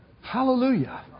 Hallelujah